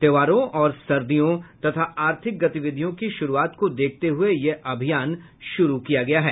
त्योहारों और सर्दियों तथा आर्थिक गतिविधियों की शुरुआत को देखते हुए यह अभियान शुरू किया गया है